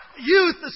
youth